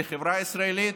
לחברה הישראלית,